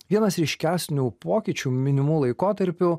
vienas ryškesnių pokyčių minimu laikotarpiu